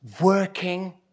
working